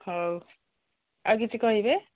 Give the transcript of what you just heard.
ହଉ ଆଉ କିଛି କହିବେ